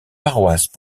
paroisses